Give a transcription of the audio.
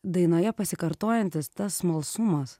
dainoje pasikartojantis tas smalsumas